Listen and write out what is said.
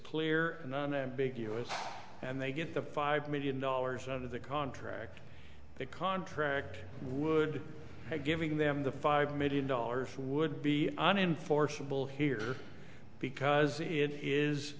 clear and unambiguous and they get the five million dollars out of the contract the contract would giving them the five million dollars would be an enforceable here because it is